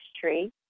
tree